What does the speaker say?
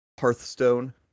Hearthstone